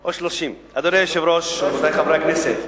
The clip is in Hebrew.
או 30. אדוני היושב-ראש, רבותי חברי הכנסת,